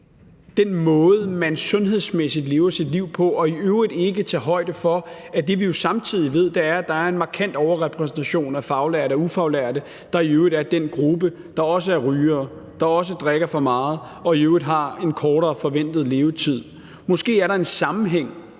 den måde, man sundhedsmæssigt lever sit liv på, ikke tager højde for, at det, at vi jo samtidig ved, er, at der er en markant overrepræsentation af faglærte og ufaglærte, der i øvrigt er den gruppe, der er også er rygere, der også drikker for meget, og som i øvrigt har en kortere forventet levetid. Måske er der også en sammenhæng